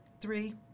three